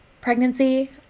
pregnancy